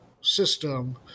system